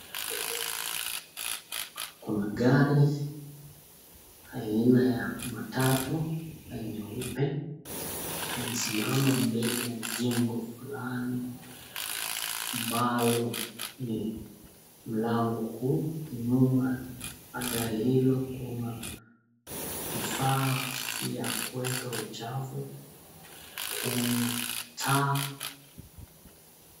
Kuna gari aina ya matatu nyeupe imesimama mbele ya jengo fulani ambalo ni mlango kuu, nyuma ya gari hilo kuna kifaa ya kuwekwa uchafu. Kuna taa.